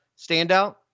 standout